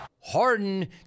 Harden